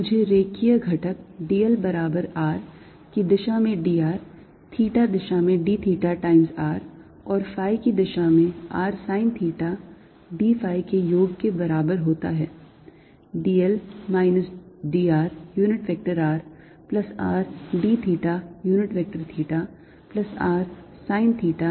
मुझे रेखीय घटक d l बराबर r की दिशा में d r थीटा की दिशा में d theta times r और phi की दिशा में r sine theta d phi के योग के बराबर होता है